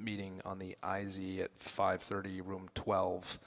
meeting on the i z five thirty room twelve